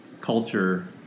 culture